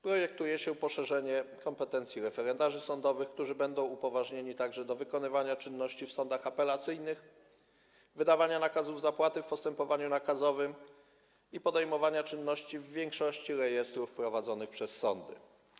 Projektuje się poszerzenie kompetencji referendarzy sądowych, którzy będą upoważnieni także do wykonywania czynności w sądach apelacyjnych, wydawania nakazów zapłaty w postępowaniu nakazowym i podejmowania czynności w większości rejestrów prowadzonych przez sądy.